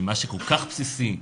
כי מה שכל כך בסיסי לנו,